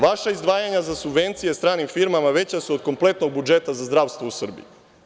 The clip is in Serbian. Vaša izdvajanja za subvencije stranim firmama veća su od kompletnog budžeta za zdravstvo u Srbiji.